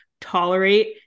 tolerate